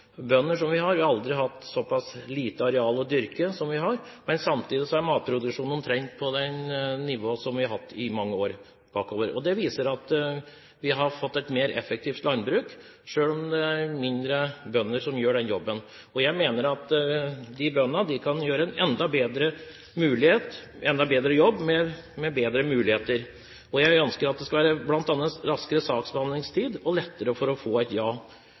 bønder som vi har, og vi har aldri hatt såpass lite areal å dyrke som vi har. Samtidig er matproduksjonen omtrent på det nivået vi har hatt i mange år bakover. Det viser at vi har fått et mer effektivt landbruk, selv om det er færre bønder som gjør jobben. Jeg mener at de bøndene kan gjøre en enda bedre jobb med bedre muligheter. Jeg ønsker at det bl.a. skal være raskere saksbehandlingstid og lettere å få et ja.